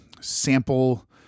sample